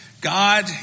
God